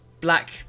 black